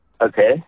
Okay